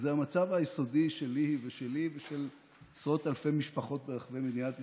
זה המצב היסודי שלי ושל עשרות אלפי משפחות ברחבי מדינת ישראל,